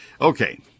Okay